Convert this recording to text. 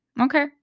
Okay